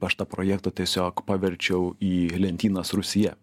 aš tą projektą tiesiog paverčiau į lentynas rūsyje